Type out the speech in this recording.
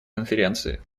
конференции